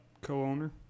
co-owner